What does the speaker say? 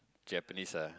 Japanese ah